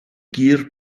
gur